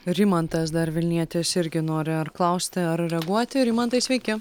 rimantas dar vilnietis irgi nori ar klausti ar reaguoti rimantai sveiki